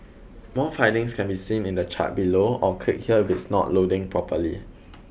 more findings can be seen in the chart below or click here if it's not loading properly